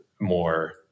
more